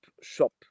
shop